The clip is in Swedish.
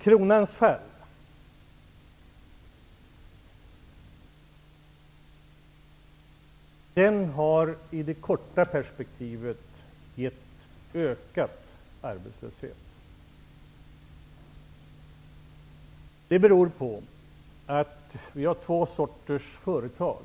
Kronans fall har i det korta perspektivet gett ökad arbetslöshet. Det beror på att det finns två sorters företag.